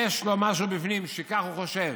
יש לו משהו בפנים, כך הוא חושב.